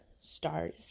stars